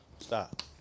stop